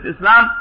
Islam